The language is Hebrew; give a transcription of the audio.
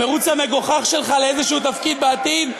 המירוץ המגוחך שלך לאיזה תפקיד בעתיד,